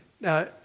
Now